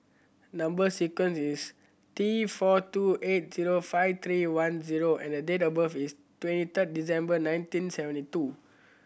number sequence is T four two eight zero five three one O and the date of birth is twenty third December nineteen seventy two